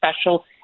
special